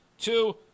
two